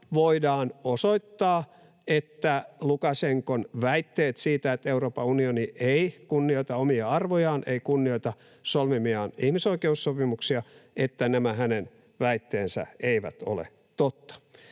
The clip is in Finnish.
voidaan osoittaa, että Lukašenkan väitteet siitä, että Euroopan unioni ei kunnioita omia arvojaan eikä kunnioita solmimiaan ihmisoikeussopimuksia, eivät ole totta.